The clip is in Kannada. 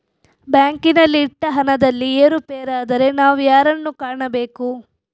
ಬ್ಯಾಂಕಿನಲ್ಲಿ ಇಟ್ಟ ಹಣದಲ್ಲಿ ಏರುಪೇರಾದರೆ ನಾವು ಯಾರನ್ನು ಕಾಣಬೇಕು?